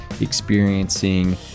experiencing